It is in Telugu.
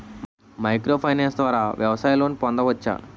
మైక్రో ఫైనాన్స్ ద్వారా వ్యవసాయ లోన్ పొందవచ్చా?